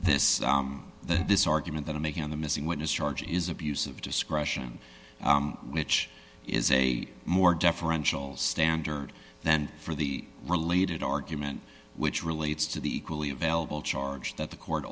that this argument that i'm making on the missing witness charge is abuse of discretion which is a more deferential standard then for the related argument which relates to the equally available charge that the court